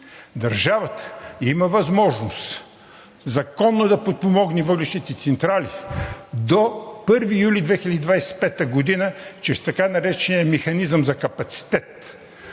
Държавата има възможност законно да подпомогне въглищните централи до 1 юли 2025 г. чрез така наречения механизъм за капацитет,